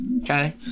okay